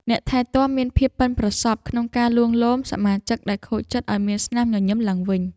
អ្នកថែទាំមានភាពប៉ិនប្រសប់ក្នុងការលួងលោមសមាជិកដែលខូចចិត្តឱ្យមានស្នាមញញឹមឡើងវិញ។